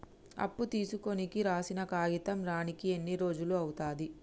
అప్పు తీసుకోనికి రాసిన కాగితం రానీకి ఎన్ని రోజులు అవుతది?